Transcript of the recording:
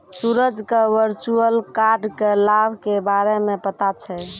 सूरज क virtual card क लाभ के बारे मे पता छै